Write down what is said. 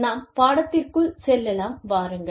நாம் பாடத்திற்குள் செல்லலாம் வாருங்கள்